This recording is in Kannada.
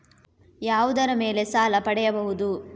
ಯಾವುದರ ಮೇಲೆ ಸಾಲ ಪಡೆಯಬಹುದು?